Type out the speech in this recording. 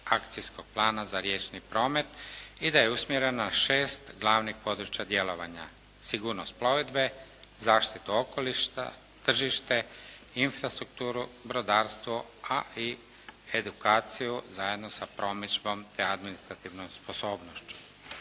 akcijskog plana za riječni promet i da je usmjerena na 6 glavnih područja djelovanja; sigurnost plovidbe, zaštitu okoliša, tržište, infrastrukturu, brodarstvo a i edukaciju zajedno sa promidžbom te administrativnom sposobnošću.